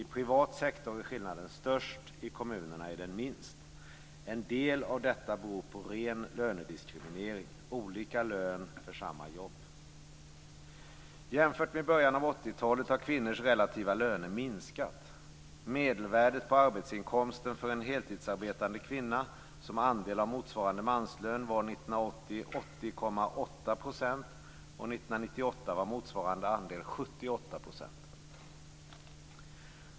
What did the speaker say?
I privat sektor är skillnaden störst, i kommunerna är den minst. En del av detta beror på ren lönediskriminering, olika lön för samma jobb. Jämfört med början av 80-talet har kvinnors relativa löner minskat. Medelvärdet på arbetsinkomsten för en heltidsarbetande kvinna - som andel av motsvarande manslön - var 1980 80,8 %. 1998 var motsvarande andel 78 %.